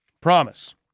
Promise